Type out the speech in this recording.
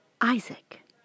Isaac